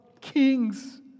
Kings